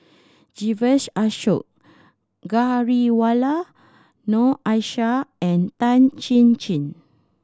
Vijesh Ashok Ghariwala Noor Aishah and Tan Chin Chin